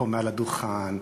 מעל הדוכן,